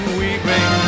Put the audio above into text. weeping